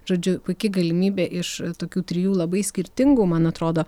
žodžiu puiki galimybė iš tokių trijų labai skirtingų man atrodo